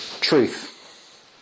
truth